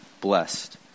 blessed